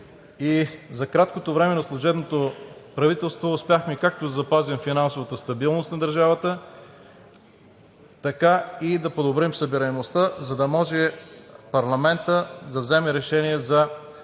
за краткото време на служебното правителство успяхме както да запазим финансовата стабилност на държавата, така и да подобрим събираемостта, за да може парламентът да вземе решение за